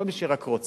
כל מי שרק רוצה.